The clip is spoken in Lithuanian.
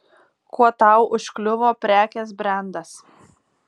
kuo tau užkliuvo prekės brendas